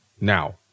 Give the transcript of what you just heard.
now